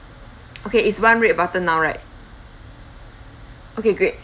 okay it's one red button all right okay great